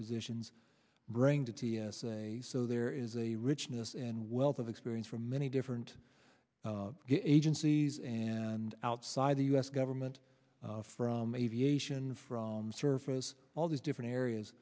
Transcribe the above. positions bring to t s a so there is a richness and wealth of experience from many different agencies and outside the u s government from aviation from surface all these different areas